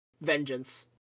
vengeance